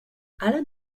alan